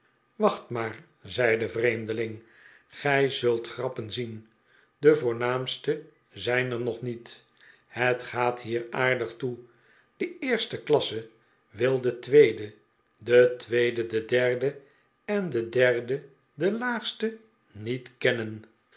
wacht maar zei de vreemdeling g'ij zult grappen zien de voornaamste zijn er nog niet het gaat hier aardig toe de eerste klasse wil de tweede de tweede de derde en de derde de laagste niet kennen